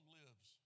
lives